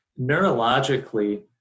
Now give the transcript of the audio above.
neurologically